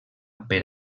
per